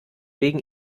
wegen